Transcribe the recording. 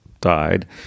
died